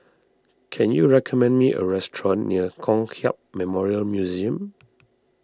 can you recommend me a restaurant near Kong Hiap Memorial Museum